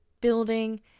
building